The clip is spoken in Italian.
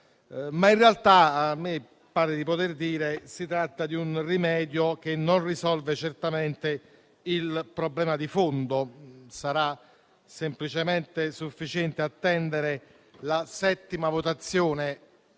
Ma, in realtà, a me pare di poter dire che si tratta di un rimedio che non risolve certamente il problema di fondo. Sarà semplicemente sufficiente attendere la settima votazione